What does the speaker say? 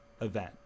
event